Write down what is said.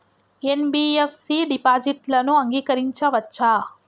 NBFC డిపాజిట్లను అంగీకరించవచ్చా?